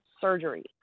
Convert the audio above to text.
surgery